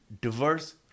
diverse